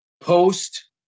post